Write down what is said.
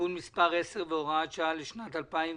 (תיקון מס' 10 והוראת שעה לשנת 2020)